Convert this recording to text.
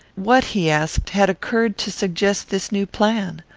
what, he asked, had occurred to suggest this new plan?